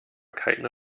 keine